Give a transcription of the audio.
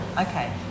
Okay